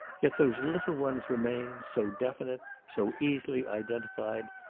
yet those little ones remained so definite, so easily identified,